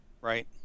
right